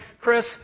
Chris